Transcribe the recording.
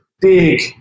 big